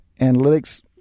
analytics